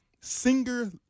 singer